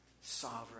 sovereign